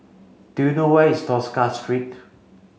do you know where is Tosca Street